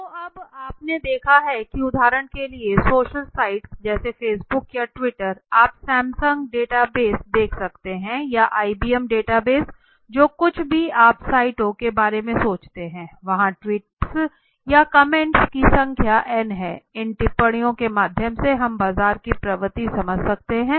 तो अब आपने देखा है कि उदाहरण के लिए सोशल साइट्स जैसे फेसबुक या ट्विटर आप सैमसंग डेटाबेस देख सकते हैं या IBM डेटाबेस जो कुछ भी आप साइटों के बारे में सोचते हैं वहां ट्वीट्स या कमेंट की संख्या n है इन टिप्पणियों के माध्यम से हम बाजार की प्रवृत्ति समझ सकते हैं